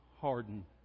harden